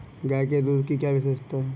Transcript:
गाय के दूध की क्या विशेषता है?